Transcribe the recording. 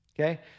okay